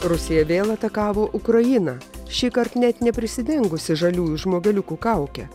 rusija vėl atakavo ukrainą šįkart net neprisidengusi žaliųjų žmogeliukų kauke